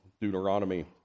Deuteronomy